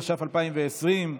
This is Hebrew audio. התש"ף 2020,